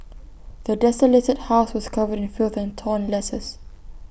the desolated house was covered in filth and torn letters